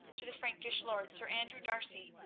to the frankish lord, sir andrew d'arcy,